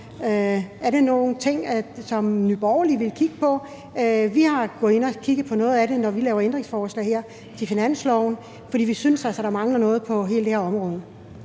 Er det nogle ting, som Nye Borgerlige vil kigge på? Vi har været inde at kigge på noget af det, da vi lavede ændringsforslag til finansloven, fordi vi altså synes, der mangler noget på hele det her område.